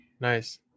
nice